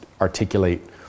articulate